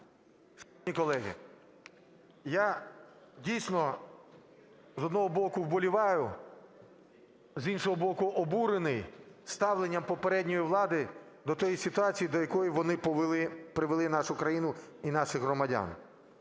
Шановні колеги, я, дійсно, з одного боку, вболіваю, з іншого боку, обурений ставленням попередньої влади до тої ситуації, до якої вони привели нашу країну і наших громадян.